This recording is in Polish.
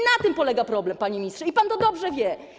Na tym polega problem, panie ministrze, i pan to dobrze wie.